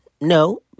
No